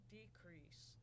decrease